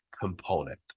component